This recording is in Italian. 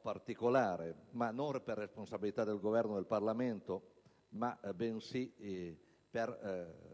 particolare, ma non per responsabilità del Governo o del Parlamento, bensì per